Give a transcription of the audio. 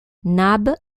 nab